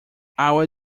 our